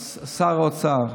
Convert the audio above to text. שר האוצר.